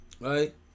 right